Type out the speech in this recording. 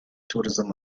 tourism